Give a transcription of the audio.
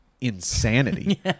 insanity